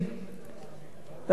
המצב הזה הביא לכך,